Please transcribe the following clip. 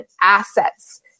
assets